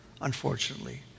unfortunately